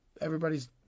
everybody's